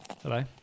Hello